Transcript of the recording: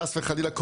חס וחלילה,